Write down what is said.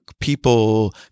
people